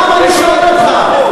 למה, אני שואל אותך.